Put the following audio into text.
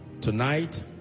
Tonight